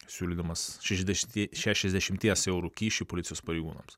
siūlydamas šešiasdešimties šešiasdešimties eurų kyšį policijos pareigūnams